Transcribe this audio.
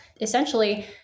Essentially